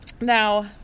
now